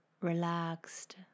relaxed